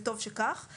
וטוב שכך.